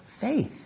faith